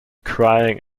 crying